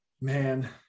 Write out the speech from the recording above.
Man